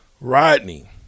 Rodney